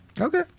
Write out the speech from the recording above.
Okay